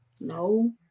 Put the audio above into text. no